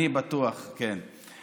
אני בטוח, כן.